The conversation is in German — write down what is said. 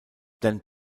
dan